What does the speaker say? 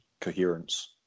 Coherence